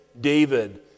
David